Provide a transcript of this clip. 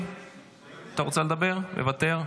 הוא סיים לברוח.